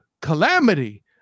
calamity